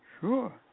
Sure